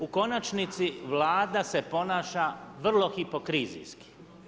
U konačnici Vlada se ponaša vrlo hipokrizijski.